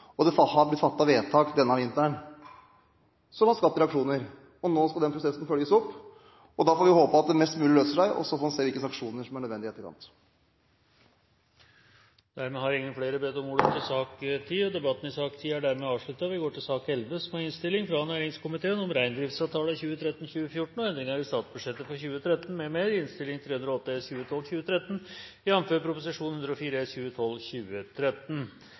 prosessen, og det har blitt fattet vedtak denne vinteren som har skapt reaksjoner. Nå skal den prosessen følges opp. Da får vi håpe at mest mulig løser seg, og så får vi se hvilke sanksjoner som er nødvendige i etterkant. Flere har ikke bedt om ordet til sak nr. 10. Etter ønske fra næringskomiteen vil presidenten foreslå at taletiden begrenses til 40 minutter og fordeles med